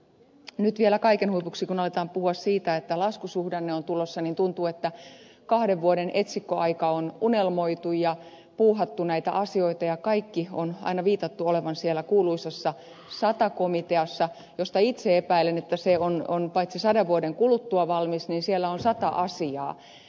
nyt vielä kaiken huipuksi kun aletaan puhua siitä että laskusuhdanne on tulossa tuntuu että kahden vuoden etsikkoaika on unelmoitu ja puuhattu näitä asioita ja kaiken on viitattu olevan siellä kuuluisassa sata komiteassa josta itse epäilen että paitsi että se on sadan vuoden kuluttua valmis niin siellä on sata asiaa